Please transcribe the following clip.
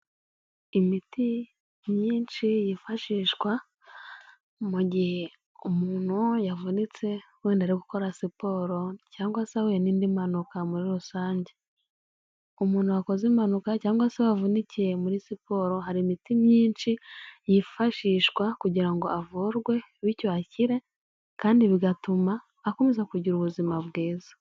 Imiti myinshi yifashishwa mu gihe umuntu yavunitse wenda ari gukora siporo cyangwa se ahuye n'indi mpanuka muri rusange, umuntu wakoze impanuka cyangwa se wavunikiye muri siporo hari imiti myinshi yifashishwa kugira ngo avurwe bityo akire kandi bigatuma akomeza kugira ubuzima bwiza.